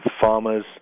farmers